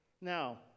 Now